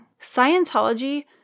Scientology